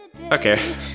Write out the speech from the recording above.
okay